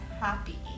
happy